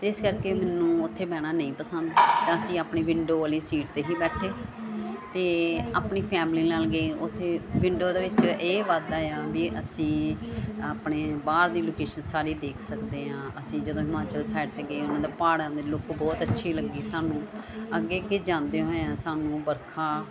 ਇਸ ਕਰਕੇ ਮੈਨੂੰ ਉੱਥੇ ਬਹਿਣਾ ਨਹੀਂ ਪਸੰਦ ਕੀਤਾ ਤਾਂ ਅਸੀਂ ਆਪਣੀ ਵਿੰਡੋ ਵਾਲੀ ਸੀਟ 'ਤੇ ਹੀ ਬੈਠੇ ਅਤੇ ਆਪਣੀ ਫੈਮਲੀ ਨਾਲ ਗਏ ਉੱਥੇ ਵਿੰਡੋ ਦੇ ਵਿੱਚ ਇਹ ਵਾਧਾ ਆ ਵੀ ਅਸੀਂ ਆਪਣੇ ਬਾਹਰ ਦੀ ਲੋਕੇਸ਼ਨ ਸਾਰੀ ਦੇਖ ਸਕਦੇ ਹਾਂ ਅਸੀਂ ਜਦੋਂ ਹਿਮਾਚਲ ਸਾਇਡ 'ਤੇ ਗਏ ਪਹਾੜਾਂ ਦੀ ਲੁੱਕ ਬਹੁਤ ਅੱਛੀ ਲੱਗੀ ਸਾਨੂੰ ਅੱਗੇ ਅੱਗੇ ਜਾਂਦੇ ਹੋਏ ਆ ਸਾਨੂੰ ਬਰਖਾ